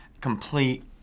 complete